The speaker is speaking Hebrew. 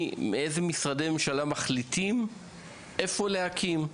איזה משרדים מחליטים איפה להקים?